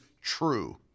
true